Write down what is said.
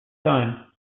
time